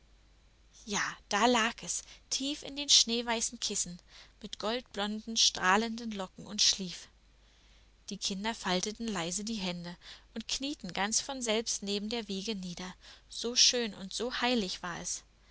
ja da lag es tief in den schneeweißen kissen mit goldblonden strahlenden locken und schlief die kinder falteten leise die hände und knieten ganz von selbst neben der wiege nieder so schön und so heilig war es